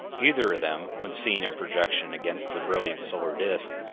either of them, when seen in projection against the brilliant solar disk,